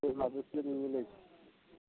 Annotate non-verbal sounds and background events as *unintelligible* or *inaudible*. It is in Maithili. *unintelligible*